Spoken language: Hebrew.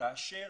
כאשר